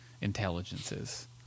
intelligences